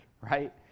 right